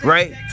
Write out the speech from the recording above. Right